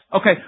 Okay